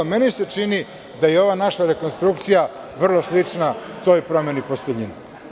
Meni se čini da je ova naša rekonstrukcija vrlo slična toj promeni posteljine.